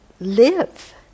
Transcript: live